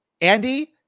Andy